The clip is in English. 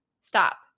stop